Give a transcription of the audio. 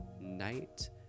night